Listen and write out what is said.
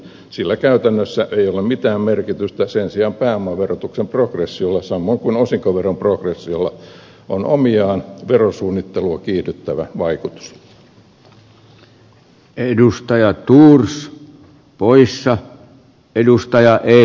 sillä käytännössä ei ole mitään merkitystä sen sijaan pääomaverotuksen progressiolla samoin kuin osinkoveron progressiolla on verosuunnittelua kiihdyttävä vaikutus